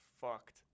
fucked